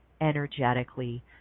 energetically